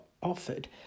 offered